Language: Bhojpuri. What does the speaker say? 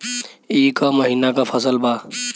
ई क महिना क फसल बा?